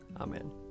Amen